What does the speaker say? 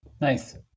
Nice